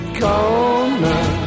corner